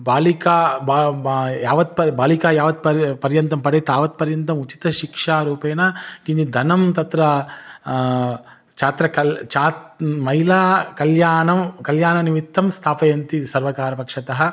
बालिका बा बा यावत् पर् बालिका यावत् पर् पर्यन्तं पठेत् तावत्पर्यन्तम् उचित शिक्षारूपेण किञ्चित् धनं तत्र छात्र कल् छ महिला कल्याणं कल्याणनिमित्तं स्थापयन्ति सर्वकारपक्षतः